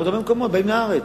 ועוד מהרבה מקומות באים לארץ.